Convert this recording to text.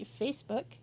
Facebook